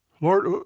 Lord